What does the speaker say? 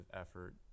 effort